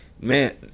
man